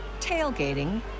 tailgating